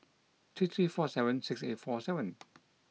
three three four seven six eight four seven